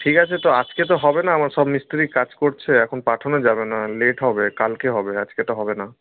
ঠিক আছে তো আজকে তো হবে না আমার সব মিস্ত্রি কাজ করছে এখন পাঠানো যাবে না লেট হবে কালকে হবে আজকে তো হবে না